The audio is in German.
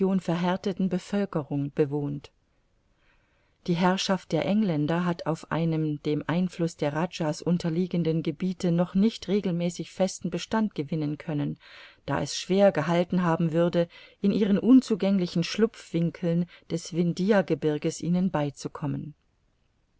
verhärteten bevölkerung bewohnt die herrschaft der engländer hat auf einem dem einfluß der rajahs unterliegenden gebiete noch nicht regelmäßig festen bestand gewinnen können da es schwer gehalten haben würde in ihren unzugänglichen schlupfwinkeln des vindhiagebirges ihnen beizukommen